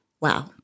wow